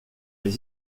les